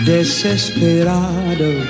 Desesperado